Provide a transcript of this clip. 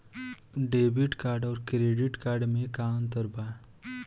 Debit card आउर credit card मे का अंतर बा?